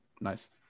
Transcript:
Nice